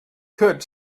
could